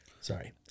Sorry